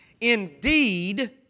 indeed